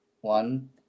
One